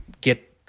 get